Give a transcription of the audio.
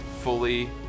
fully